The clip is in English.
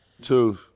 Two